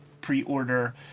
pre-order